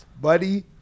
Buddy